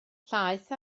llaeth